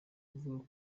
kuvuga